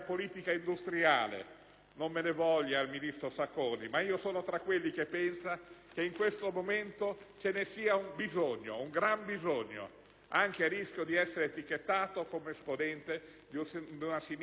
non me ne voglia il ministro Sacconi, ma io sono tra quelli che pensa che in questo momento ce ne sia un gran bisogno, anche a rischio di essere etichettato come esponente di una sinistra vecchia e radicale.